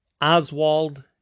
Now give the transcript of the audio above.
Oswald